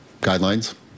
guidelines